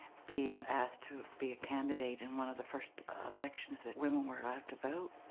being asked to be a candidate in one of the first elections that women where allowed to vote.